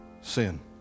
sin